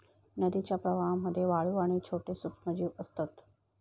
नदीच्या प्रवाहामध्ये वाळू आणि छोटे सूक्ष्मजीव असतत